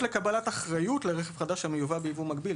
לקבלת אחריות לרכב חדש המיובא ביבוא מקביל,